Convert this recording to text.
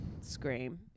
scream